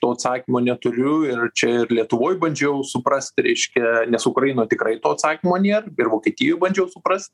to atsakymo neturiu ir čia ir lietuvoj bandžiau suprast reiškia nes ukraino tikrai to atsakymo nėr ir vokietijoj bandžiau suprast